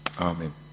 Amen